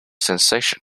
sensation